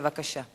בבקשה.